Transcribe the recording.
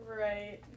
Right